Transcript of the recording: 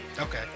Okay